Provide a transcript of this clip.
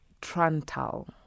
Trantal